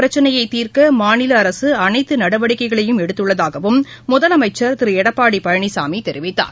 பிரச்சினையைதீர்க்கமாநிலஅரசுஅனைத்துநடவடிக்கைகளையும் குடிநீர் எடுத்துள்ளதாகவும் முதலமைச்சர் திருஎடப்பாடிபழனிசாமிதெரிவித்தார்